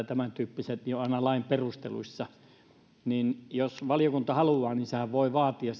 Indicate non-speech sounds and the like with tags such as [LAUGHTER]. [UNINTELLIGIBLE] tämäntyyppiset ovat aina lain perusteluissa jos valiokunta haluaa niin sehän voi vaatia [UNINTELLIGIBLE]